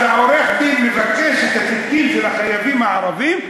אז עורך-הדין מבקש את התיקים של החייבים הערבים,